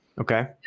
Okay